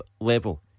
level